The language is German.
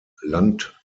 landtag